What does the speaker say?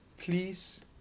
Please